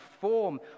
form